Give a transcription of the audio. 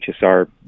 HSR